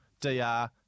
DR